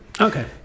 Okay